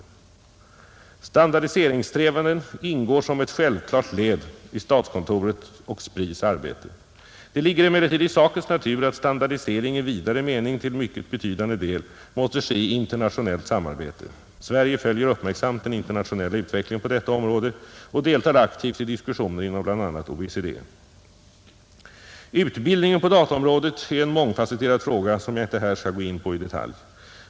behoven på datateknikens område Standardiseringssträvanden ingår som ett självklart led i statskontorets och SPRI:s arbete, Det ligger emellertid i sakens natur att standardisering i vidare mening till mycket betydande del måste ske i internationellt samarbete. Sverige följer uppmärksamt den internationella utvecklingen på detta område och deltar aktivt i diskussioner inom bl.a. OECD. Utbildningen på dataområdet är en mångfasetterad fråga som jag inte här skall gå in på i detalj.